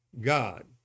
God